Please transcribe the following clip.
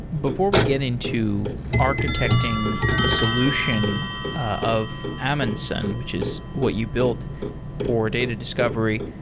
before we get into architecting the solution of amundsen, which is what you built for data discovery,